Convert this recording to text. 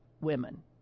women